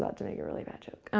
about to make a really bad joke.